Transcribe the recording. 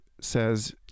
says